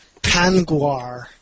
panguar